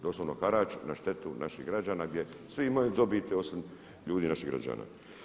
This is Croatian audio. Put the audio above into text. Doslovno harač na štetu naših građana gdje svi imaju dobiti osim ljudi, naših građana.